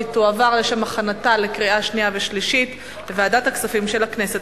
והיא תועבר לשם הכנתה לקריאה שנייה ושלישית לוועדת הכספים של הכנסת.